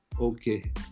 Okay